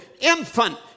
infant